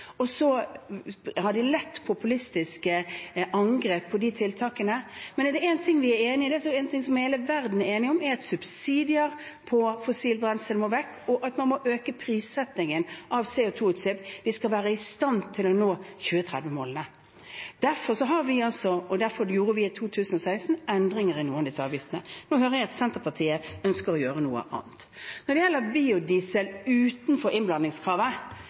og så har de lett populistiske angrep på de tiltakene. Men er det én ting vi er enig om – én ting som hele verden er enig om – er det at subsidier på fossilt brensel må vekk, og at man må øke prisene for CO 2 -utslipp hvis vi skal være i stand til å nå 2030-målene. Derfor gjør vi også, og derfor gjorde vi i 2016, endringer i noen av disse avgiftene. Nå hører jeg at Senterpartiet ønsker å gjøre noe annet. Når det gjelder biodiesel utenfor innblandingskravet,